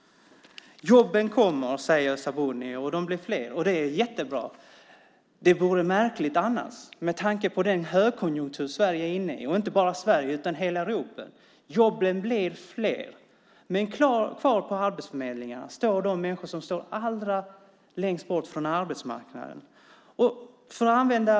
Jobben kommer, säger Sabuni, och de blir fler. Det är jättebra. Märkligt vore det väl annars med tanke på den högkonjunktur Sverige är inne i, och inte bara Sverige, utan hela Europa. Jobben blir fler, men kvar på arbetsförmedlingarna står de människor som befinner sig allra längst från arbetsmarknaden.